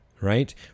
right